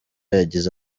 yagize